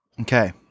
Okay